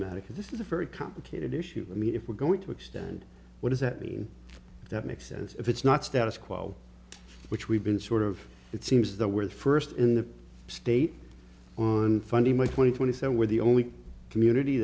matter because this is a very complicated issue i mean if we're going to extend what does that mean that makes sense if it's not status quo which we've been sort of it seems that where the first in the state on funding my point when he said we're the only community